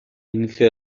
inicio